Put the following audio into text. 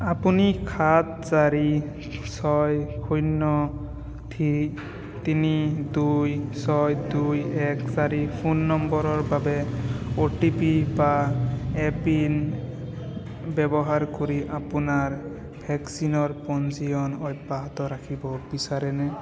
আপুনি সাত চাৰি ছয় শূন্য় থী তিনি দুই ছয় দুই এক চাৰি ফোন নম্বৰৰ বাবে অ' টি পি বা এম পিন ব্যৱহাৰ কৰি আপোনাৰ ভেকচিনৰ পঞ্জীয়ন অব্যাহত ৰাখিব বিচাৰেনে